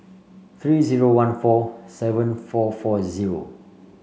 three zero one four seven four four zero